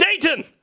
Dayton